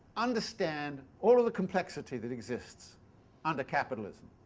understand all the complexity that exists under capitalism.